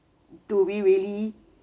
do we really